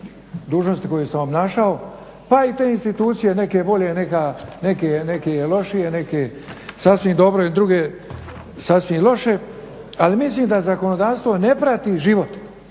dužnosti koje sam obnašao pa i te institucije neke bolje neke lošije neke sasvim dobro, neke sasvim loše ali mislim da zakonodavstvo ne prati život.